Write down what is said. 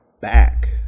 back